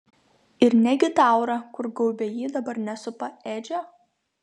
ir negi ta aura kur gaubė jį dabar nesupa edžio